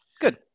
good